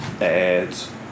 ads